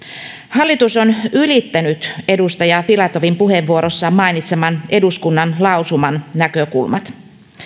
hallitus on ylittänyt edustaja filatovin puheenvuorossaan mainitseman eduskunnan lausuman näkökulmat